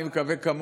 אני מקווה,